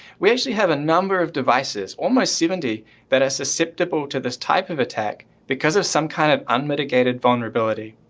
we actually have a number of devices almost seventy that are susceptible to this type of attack because of some kind of some unmitigated vulnerability.